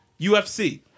UFC